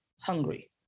hungry